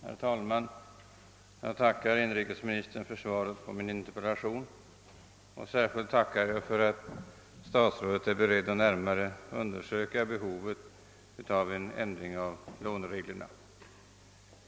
Herr talman! Jag tackar inrikesministern för svaret på min interpellation. Särskilt tacksam är jag för att statsrådet är beredd att närmare undersöka behovet av en ändring i lånereglerna.